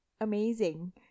amazing